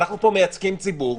אנחנו פה מייצגים ציבור,